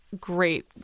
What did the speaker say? great